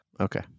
Okay